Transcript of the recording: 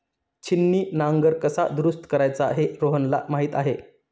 छिन्नी नांगर कसा दुरुस्त करायचा हे रोहनला माहीत आहे